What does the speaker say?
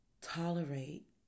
tolerate